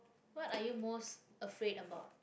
what are you most afraid about